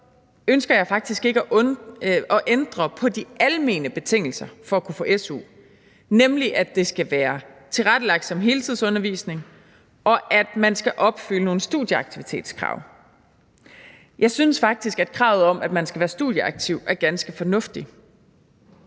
ønsker jeg faktisk ikke at ændre på de almene betingelser for at kunne få su, nemlig at det skal være tilrettelagt som heltidsudvisning, og at man skal opfylde nogle studieaktivitetskrav. Jeg synes faktisk, at kravet om, at man skal være studieaktiv, er ganske fornuftigt.